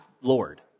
Lord